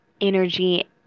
Energy